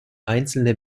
einzelne